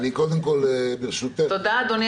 תודה אדוני